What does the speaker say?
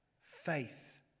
Faith